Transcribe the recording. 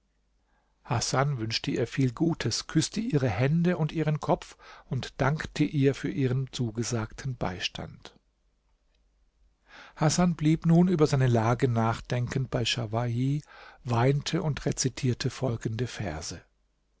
hasan wünschte ihr viel gutes küßte ihre hände und ihren kopf und dankte ihr für ihren zugesagten beistand hasan blieb nun über seine lage nachdenkend bei schawahi weinte und rezitierte folgende verse